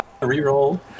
re-roll